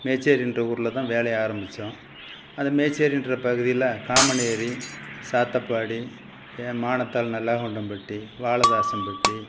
மேச்சேரிகிற ஊரில் தான் வேலையை ஆரம்பித்தோம் அந்த மேச்சேரிகிற பகுதியில் காமனேரி சாத்தப்பாடி மனத்தால் நல்லாகவுண்டம்பட்டி வாழதாசன்பட்டி